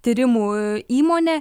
tyrimų įmonė